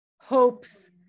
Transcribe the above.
hopes